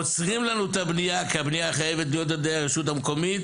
עוצרים לנו את הבנייה כי הבנייה חייבת להיות על ידי הרשות המקומית,